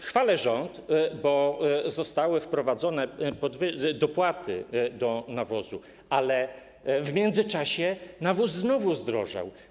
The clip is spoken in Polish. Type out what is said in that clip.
Chwalę rząd, bo zostały wprowadzone dopłaty do nawozów, ale w międzyczasie nawóz znowu zdrożał.